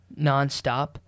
nonstop